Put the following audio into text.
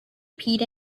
pete